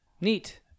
Neat